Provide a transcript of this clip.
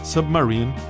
Submarine